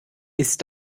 ist